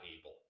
able